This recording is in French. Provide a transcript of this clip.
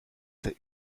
fait